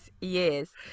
Yes